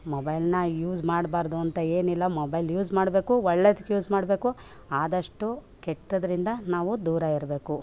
ಮೊಬೈಲ್ನ ಯೂಸ್ ಮಾಡ್ಬಾರ್ದು ಅಂತ ಏನಿಲ್ಲ ಮೊಬೈಲ್ ಯೂಸ್ ಮಾಡಬೇಕು ಒಳ್ಳೇದಕ್ಕೆ ಯೂಸ್ ಮಾಡಬೇಕು ಆದಷ್ಟು ಕೆಟ್ಟದರಿಂದ ನಾವು ದೂರ ಇರಬೇಕು